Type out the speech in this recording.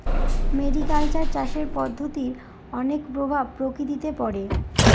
mariculture চাষের পদ্ধতির অনেক প্রভাব প্রকৃতিতে পড়ে